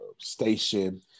station